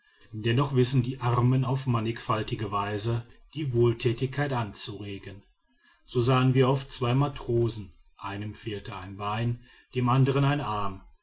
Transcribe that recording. dennoch wissen die armen auf mannigfaltige weise die wohltätigkeit anzuregen so sahen wir oft zwei matrosen einem fehlte ein bein dem anderen ein arm